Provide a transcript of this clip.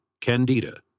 Candida